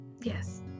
yes